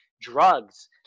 drugs